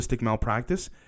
malpractice